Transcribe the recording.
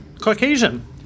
Caucasian